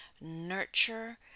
nurture